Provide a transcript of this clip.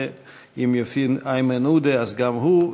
ואם יופיע איימן עודה אז גם הוא.